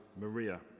Maria